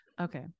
Okay